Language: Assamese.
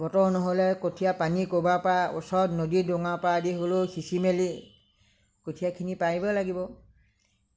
বতৰ নহ'লে পানী কৰবাৰ পৰা ওচৰৰ নদী ডোঙাৰ পৰা আনি হ'লেও সিচি মেলি কঠিয়াখিনি পাৰিব লাগিব